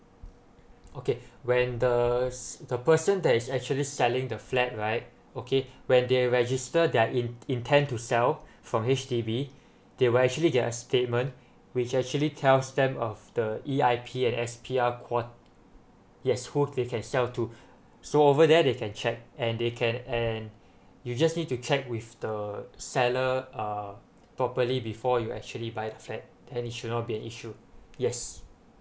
okay when the the person that is actually selling the flat right okay when they register their in~ intend to sell from H_D_B they will actually in their statement which actually tells them of the E_I_P and S_P_R quo~ yes who they can sell to so over there they can check and they can and you just need to check with the seller uh properly before you actually buy the flat then it should not be an issue yes